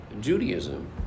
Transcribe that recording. Judaism